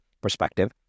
perspective